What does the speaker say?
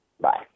bye